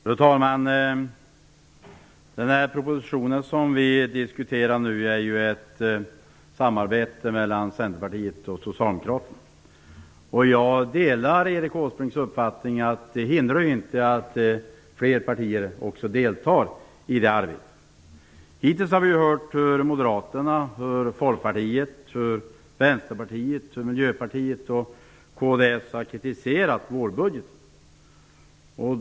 Fru talman! Den proposition vi nu diskuterar är ett samarbete mellan Centerpartiet och Socialdemokraterna. Jag delar Erik Åsbrinks uppfattning att det inte hindrar att fler partier deltar i arbetet. Hittills har vi hört hur Moderaterna, Folkpartiet, Vänsterpartiet, Miljöpartiet och kds har kritiserat vårbudgeten.